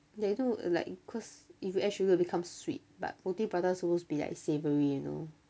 they do like cause if you add sugar will become sweet but roti prata is supposed to be like savoury you know